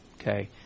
Okay